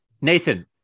Nathan